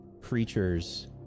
creatures